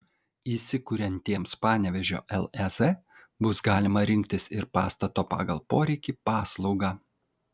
įsikuriantiems panevėžio lez bus galima rinktis ir pastato pagal poreikį paslaugą